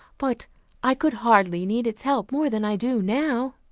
but i could hardly need its help more than i do now.